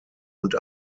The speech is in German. und